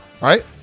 Right